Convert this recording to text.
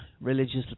Religious